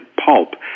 pulp